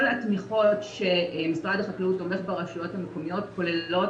כל התמיכות שמשרד החקלאות תומך ברשויות המקומיות כוללות